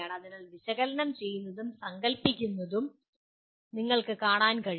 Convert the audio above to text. അതിനാൽ വിശകലനം ചെയ്യുന്നതും സങ്കൽപ്പിക്കുന്നതും നിങ്ങൾക്ക് കാണാൻ കഴിയും